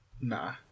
Nah